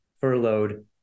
furloughed